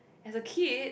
as a kid